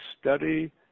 study